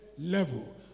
level